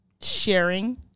sharing